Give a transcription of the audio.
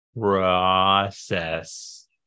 process